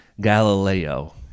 Galileo